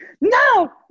no